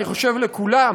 אני חושב שלכולם,